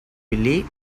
willy